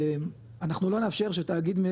אנחנו לא נאפשר שתאגיד,